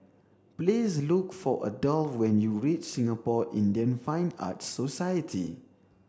please look for Adolf when you reach Singapore Indian Fine Arts Society